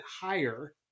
higher